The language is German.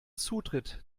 zutritt